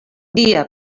dia